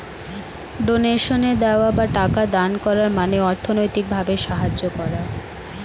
ডোনেশনে দেওয়া বা টাকা দান করার মানে অর্থনৈতিক ভাবে সাহায্য করা